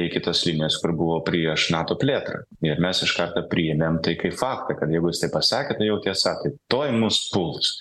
iki tos linijos kur buvo prieš nato plėtrą ir mes iš karto priėmėm tai kai faktą kad jeigu jis taip pasakė tai jau tiesa tuoj mus puls